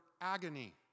agony